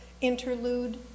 interlude